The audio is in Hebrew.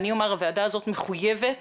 הוועדה הזאת מחויבת